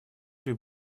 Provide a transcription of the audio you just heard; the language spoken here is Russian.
при